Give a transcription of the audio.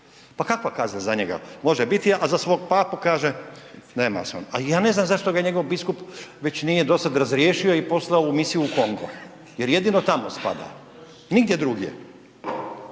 Pa kakva kazna za njega može biti, a za svog Papu kaže da je mason. A i ja ne znam zašto ga njegov biskup već nije do sada razriješio i poslao u misiju u Kongo jer jedino tamo spada, nigdje drugdje.